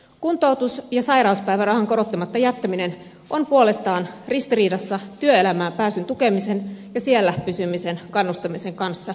kuntoutus ja sairauspäivärahan korottamatta jättäminen on puolestaan ristiriidassa työelämään pääsyn tukemisen ja siellä pysymisen kannustamisen kanssa